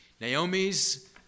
Naomi's